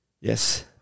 Yes